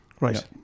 Right